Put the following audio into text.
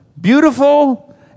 beautiful